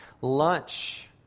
lunch